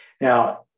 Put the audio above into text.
Now